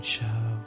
Show